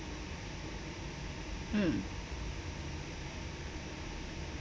mm